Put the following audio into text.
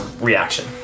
reaction